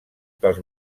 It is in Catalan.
pels